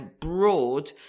Broad